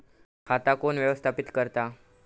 खाता कोण व्यवस्थापित करता?